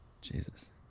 Jesus